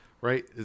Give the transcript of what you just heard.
Right